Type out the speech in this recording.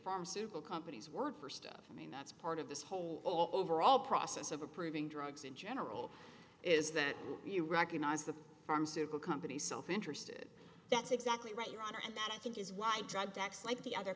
pharmaceutical companies word for stuff i mean that's part of this whole overall process of approving drugs in general is that you recognize the pharmaceutical companies self interested that's exactly right your honor and that i think is why drug decks like the other